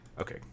Okay